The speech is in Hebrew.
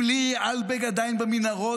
אם לירי אלבג עדיין במנהרות,